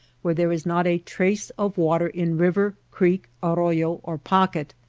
where there is not a trace of water in river, creek, arroyo or pocket,